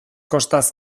kostaz